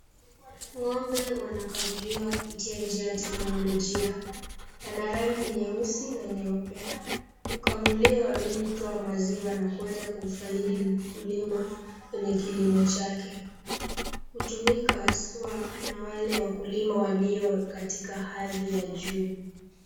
Ng'ombe wanakamuliwa kupitia njia ya teknolojia .Wana rangi nyeusi na nyeupe. Hukamuliwa ili kutoa maziwa na kuweza kufaidi mkulima kwenye kilimo chake. Hutumika haswa na wale wakulima walio katika hadhi ya juu.